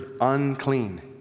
unclean